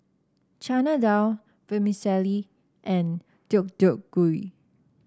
Chana Dal Vermicelli and Deodeok Gui